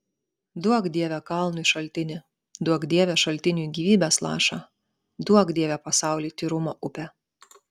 duok dieve kalnui šaltinį duok dieve šaltiniui gyvybės lašą duok dieve pasauliui tyrumo upę